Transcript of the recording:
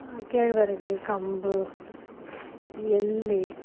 கேழ்வரகு கம்பு எள்